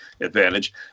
advantage